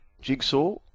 Jigsaw